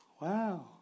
Wow